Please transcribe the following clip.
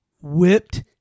Whipped